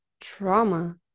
trauma